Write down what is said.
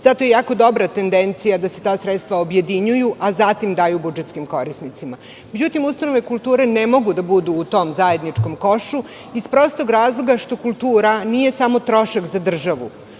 to jako dobra tendencija da se ta sredstva objedinjuju, a zatim daju budžetskim korisnicima.Međutim, ustanove kulture ne mogu da budu u tom zajedničkom košu zato što kultura nije samo trošak za državu.